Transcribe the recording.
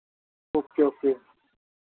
okay okay